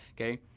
kay?